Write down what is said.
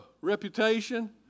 reputation